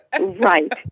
Right